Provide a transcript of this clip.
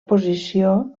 posició